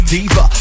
Diva